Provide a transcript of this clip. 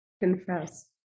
Confess